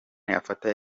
afata